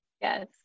Yes